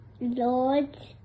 Lord